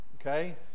okay